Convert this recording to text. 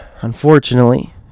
unfortunately